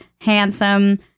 handsome